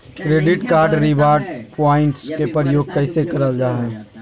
Credit card reward point के प्रयोग कैसे करल जा है?